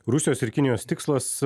rusijos ir kinijos tikslas